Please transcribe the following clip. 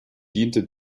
diente